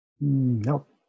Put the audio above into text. Nope